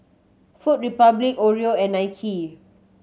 Food Republic Oreo and Nike